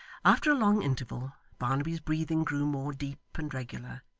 after a long interval, barnaby's breathing grew more deep and regular,